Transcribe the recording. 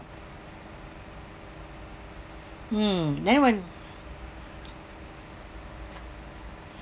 mm then when